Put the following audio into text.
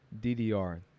DDR